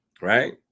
Right